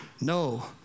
No